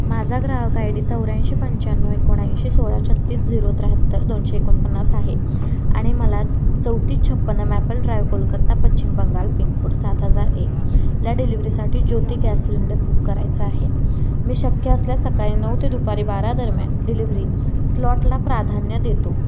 माझा ग्राहक I D चौऱ्याऐंशी पंच्याण्णव एकोणऐंशी सोळा छत्तीस झिरो त्र्याहत्तर दोनशे एकोणपन्नास आहे आणि मला चौतीस छप्पन्न Maple Drive Kolkata Paschim Bangal pin code सात हजार एक या डिलिव्हरीसाठी ज्योती गॅस सिलेंडर बुक करायचा आहे मी शक्य असल्यास सकाळी नऊ ते दुपारी बारा दरम्यान डिलिव्हरी स्लॉटला प्राधान्य देतो